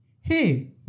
Hey